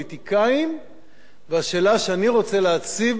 והשאלה שאני רוצה להציב בדברים שלי: האם אנחנו עושים